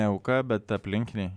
ne auka bet aplinkiniai